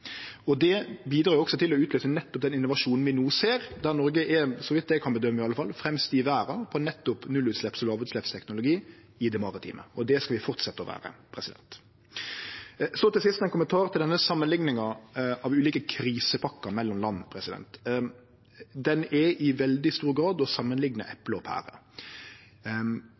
Det bidrar også til å utløyse nettopp den innovasjonen vi no ser, der Noreg, så vidt eg kan bedømme i alle fall, er fremst i verda på nullutslepps- og lågutsleppsteknologi i det maritime. Det skal vi fortsetje å vere. Til sist ein kommentar til samanlikninga av ulike krisepakkar mellom land. Det er i veldig stor grad å samanlikne eple og pærer. For å ta eit eksempel: Når ein skal samanlikne